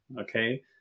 Okay